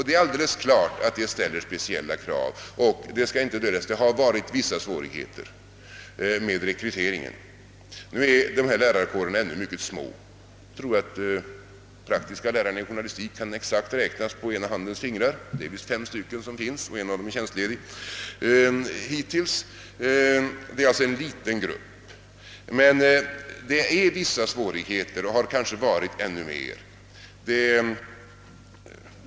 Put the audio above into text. Det är alldeles klart att detta ställer speciella krav på lärarna och det skall inte döljas att det är vissa svårigheter med rekryteringen och att det kanske har varit ännu mer sådana svårigheter. Dessa lärarkårer är ännu mycket små. Jag tror att det finns fem lektorer i praktisk journalistik, och en av dem är tjänstledig.